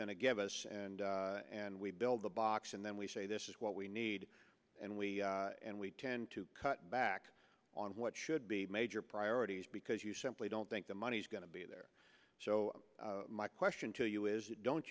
going to give us and and we build the box and then we say this is what we need and we and we tend to cut back on what should be major priorities because you simply don't think the money's going to be there so my question to you is don't